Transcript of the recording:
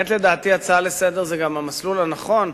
האמת היא שלדעתי הצעה לסדר-היום היא גם המסלול הנכון,